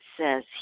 says